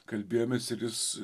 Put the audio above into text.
kalbėjomės ir jis